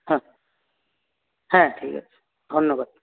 হ্যাঁ হ্যাঁ ঠিক আছে ধন্যবাদ